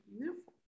beautiful